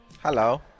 hello